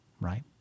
Right